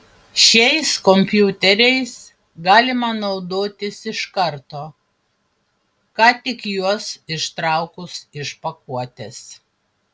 šiais kompiuteriais galima naudotis iš karto ką tik juos ištraukus iš pakuotės